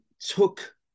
took